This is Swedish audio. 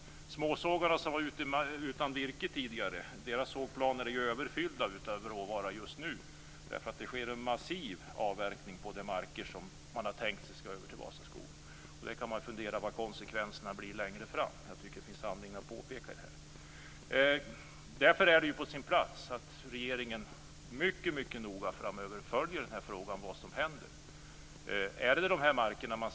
De småsågar som var utan virke tidigare är nu överfulla av råvara eftersom det sker en massiv avverkning på de marker som man har tänkt sig skall över till Vasaskog. Man kan fundera över vilka konsekvenserna av detta blir längre fram. Jag tycker att det finns anledning att peka på detta. Det är på sin plats att regeringen framöver mycket noga följer det som händer i den här frågan.